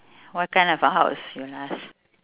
what kind of a house you will ask